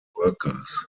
workers